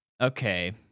Okay